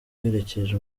yaherekeje